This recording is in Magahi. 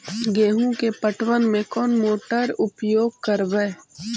गेंहू के पटवन में कौन मोटर उपयोग करवय?